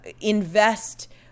invest